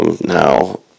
now